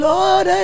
Lord